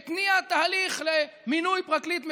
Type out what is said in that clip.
התניע תהליך למינוי פרקליט מדינה,